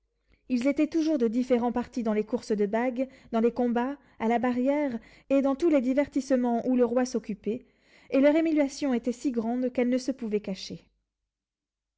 ils étaient toujours de différent parti dans les courses de bague dans les combats à la barrière et dans tous les divertissements où le roi s'occupait et leur émulation était si grande qu'elle ne se pouvait cacher